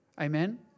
Amen